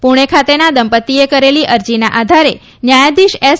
પુણે ખાતેના દંપતીએ કરેલી અરજીના આધારે ન્યાયાધીશ એસ